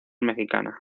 mexicana